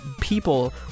people